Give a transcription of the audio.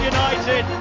United